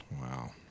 Wow